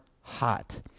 hot